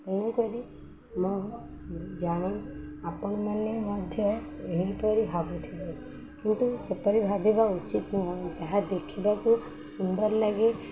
ତେଣୁକରି ମୁଁ ଜାଣେ ଆପଣମାନେ ମଧ୍ୟ ଏହିପରି ଭାବୁିଥିବେ କିନ୍ତୁ ସେପରି ଭାବିବା ଉଚିତ୍ ନୁହଁ ଯାହା ଦେଖିବାକୁ ସୁନ୍ଦର ଲାଗେ